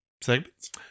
Segments